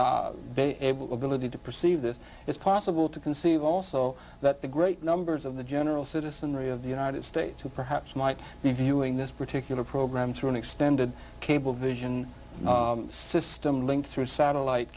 billeted to perceive this it's possible to conceive also that the great numbers of the general citizenry of the united states who perhaps might be viewing this particular program through an extended cablevision system linked through satellite